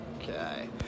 okay